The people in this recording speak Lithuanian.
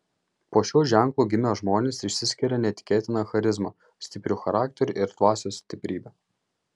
po šiuo ženklu gimę žmonės išsiskiria neįtikėtina charizma stipriu charakteriu ir dvasios stiprybe